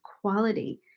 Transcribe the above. quality